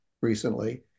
recently